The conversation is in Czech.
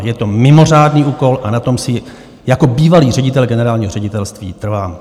Je to mimořádný úkol a na tom si jako bývalý ředitel generálního ředitelství trvám.